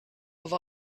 have